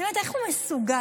איך הוא מסוגל?